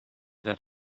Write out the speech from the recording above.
that